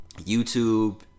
YouTube